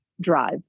drive